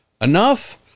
enough